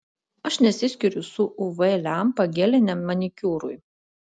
aš nesiskiriu su uv lempa geliniam manikiūrui